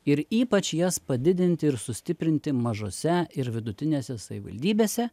ir ypač jas padidinti ir sustiprinti mažose ir vidutinėse savivaldybėse